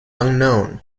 unknown